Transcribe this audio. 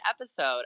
episode